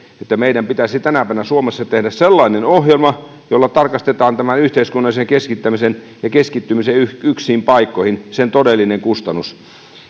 että meidän pitäisi tänä päivänä suomessa tehdä sellainen ohjelma jolla tarkastetaan tämän yhteiskunnallisen keskittämisen ja yksiin paikkoihin keskittymisen todellinen kustannus